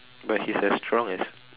but he's as strong as